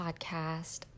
podcast